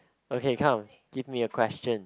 okay come give me a question